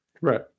right